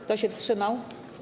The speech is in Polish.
Kto się wstrzymał?